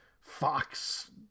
Fox